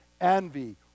envy